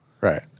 Right